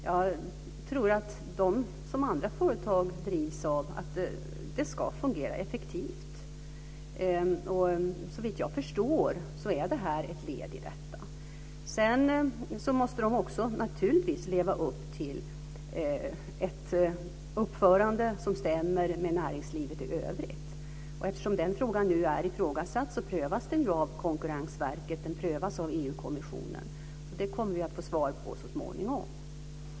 Jag tror att de som andra företag drivs av att det ska fungera effektivt. Såvitt jag förstår är det här ett led i detta. Sedan måste de naturligtvis också leva upp till ett uppförande som stämmer överens med näringslivet i övrigt. Eftersom detta nu är ifrågasatt prövas det ju av Konkurrensverket och EU-kommissionen. Så det kommer vi att få svar på så småningom.